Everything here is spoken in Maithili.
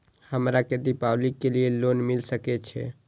हमरा के दीपावली के लीऐ लोन मिल सके छे?